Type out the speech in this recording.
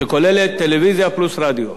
שכוללת טלוויזיה פלוס רדיו.